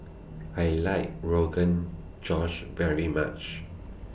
I like Rogan Josh very much